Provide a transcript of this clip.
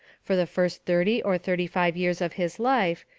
for the first thirty or thirty-five years of his life,